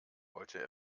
wollte